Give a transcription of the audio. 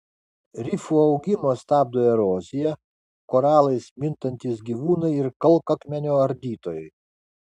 rifų augimą stabdo erozija koralais mintantys gyvūnai ir kalkakmenio ardytojai